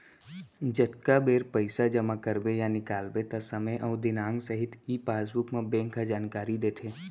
जतका बेर पइसा जमा करबे या निकालबे त समे अउ दिनांक सहित ई पासबुक म बेंक ह जानकारी देथे